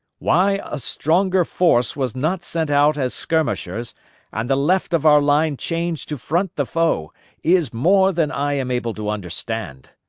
why a stronger force was not sent out as skirmishers and the left of our line changed to front the foe is more than i am able to understand.